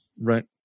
Right